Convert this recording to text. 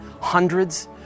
hundreds